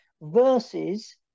versus